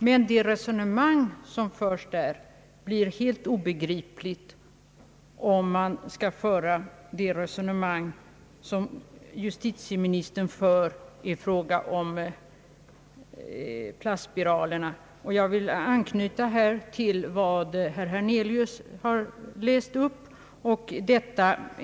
Men det resonemang som förs där blir helt obegripligt om man skall resonera som justitieministern gör här i fråga om plastspiralerna. Jag vill anknyta till vad herr Hernelius har läst upp.